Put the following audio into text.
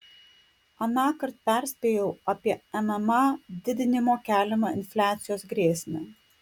anąkart perspėjau apie mma didinimo keliamą infliacijos grėsmę